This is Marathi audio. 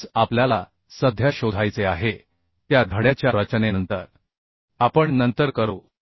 हेच आपल्याला सध्या शोधायचे आहे त्या धड्याच्या रचनेनंतर आपण नंतर करू